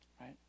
right